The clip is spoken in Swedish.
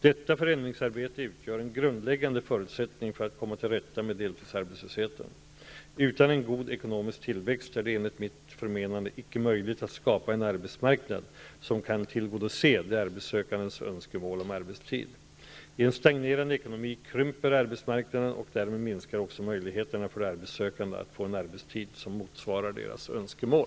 Detta förändringsarbete utgör en grundläggande förutsättning för att komma till rätta med deltidsarbetslösheten. Utan en god ekonomisk tillväxt är det enligt mitt förmenande inte möjligt att skapa en arbetsmarknad som kan tillgodose de arbetssökandes önskemål om arbetstid. I en stagnerande ekonomi krymper arbetsmarknaden och därmed minskar också möjligheterna för de arbetssökande att få en arbetstid som motsvarar deras önskemål.